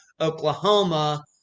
oklahoma